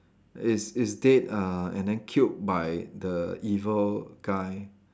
is is dead uh and then killed by the evil guy